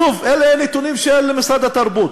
שוב, אלה הם נתונים של משרד התרבות: